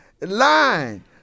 line